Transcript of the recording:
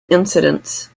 incidents